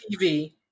TV